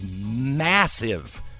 massive